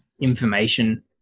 information